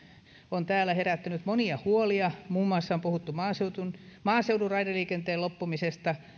on täällä herättänyt monia huolia muun muassa on puhuttu maaseudun maaseudun raideliikenteen loppumisesta